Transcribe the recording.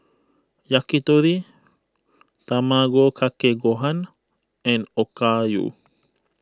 Yakitori Tamago Kake Gohan and Okayu